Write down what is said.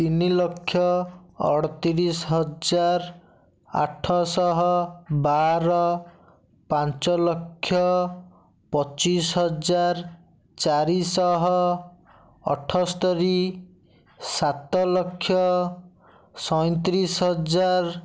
ତିନି ଲକ୍ଷ ଅଠତିରିଶ ହଜାର ଆଠଶହ ବାର ପାଞ୍ଚଲକ୍ଷ ପଚିଶ ହଜାର ଚାରିଶହ ଅଠସ୍ତରୀ ସାତଲକ୍ଷ ସଇଁତିରିଶ ହଜାର